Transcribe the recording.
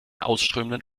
ausströmenden